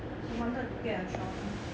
she wanted to get a trolley